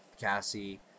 Cassie